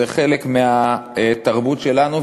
זה חלק מהתרבות שלנו,